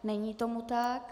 Není tomu tak.